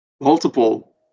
multiple